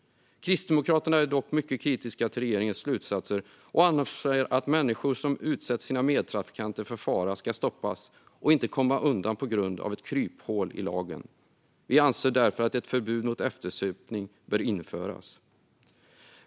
Kristdemokraterna är mycket kritiska till regeringens slutsatser och anser att människor som utsätter sina medtrafikanter för fara ska stoppas och inte komma undan på grund av ett kryphål i lagen. Vi anser därför att ett förbud mot eftersupning bör införas.